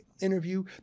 Interview